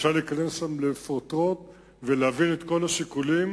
אפשר להיכנס שם לפרוטרוט ולהבהיר את כל השיקולים,